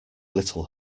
little